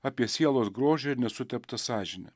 apie sielos grožį ir nesuteptą sąžinę